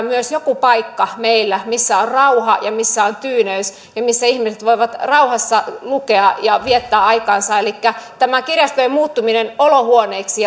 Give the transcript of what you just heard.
myös jonkun paikan meillä missä on rauha ja missä on tyyneys ja missä ihmiset voivat rauhassa lukea ja viettää aikaansa tämä kirjastojen muuttuminen olohuoneiksi